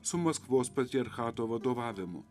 su maskvos patriarchato vadovavimu